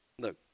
Look